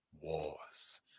wars